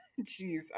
jeez